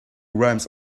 rhymes